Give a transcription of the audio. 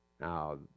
Now